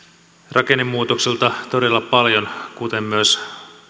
rakennemuutoksilta todella paljon kuten myös